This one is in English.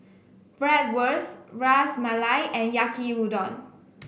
Bratwurst Ras Malai and Yaki Udon